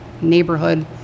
neighborhood